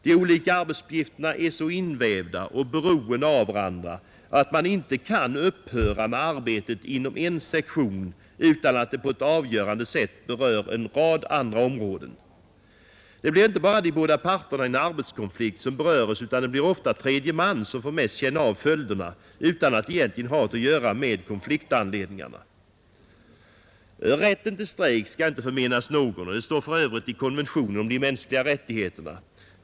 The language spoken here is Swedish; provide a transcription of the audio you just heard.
De olika arbetsuppgifterna är så invävda och beroende av varandra att man inte kan upphöra med arbetet inom en sektion utan att det på ett avgörande sätt berör en rad andra områden. Det blir inte bara de båda parterna i en arbetskonflikt som beröres, utan det blir ofta tredje man som mest får känna av följderna utan att egentligen ha något att göra med konfliktanledningarna. Rätten till strejk skall inte förmenas någon och detta står för övrigt i konventionen om de mänskliga rättigheterna.